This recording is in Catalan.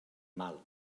mal